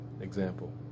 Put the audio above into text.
example